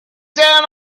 down